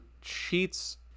cheats